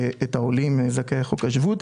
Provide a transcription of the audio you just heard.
העולים זכאי חוק השבות,